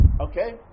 Okay